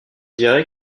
dirait